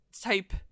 type